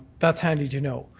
that's handy to know.